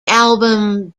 album